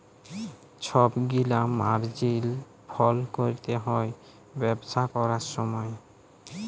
ছব গিলা মার্জিল ফল ক্যরতে হ্যয় ব্যবসা ক্যরার সময়